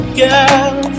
girl